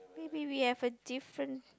maybe we have a different